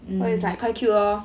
mm